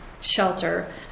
shelter